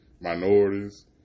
minorities